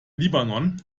libanon